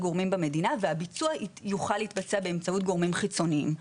במדינה והביצוע יוכל להתבצע באמצעות גורמים חיצוניים.